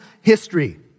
history